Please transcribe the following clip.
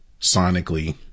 sonically